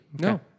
No